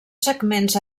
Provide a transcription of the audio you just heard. segments